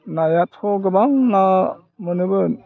नायाथ' गोबां ना मोनोमोन